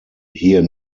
here